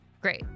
great